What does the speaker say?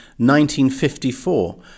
1954